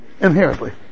Inherently